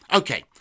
okay